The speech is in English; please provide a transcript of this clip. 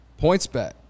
PointsBet